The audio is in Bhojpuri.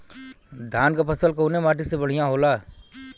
धान क फसल कवने माटी में बढ़ियां होला?